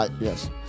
Yes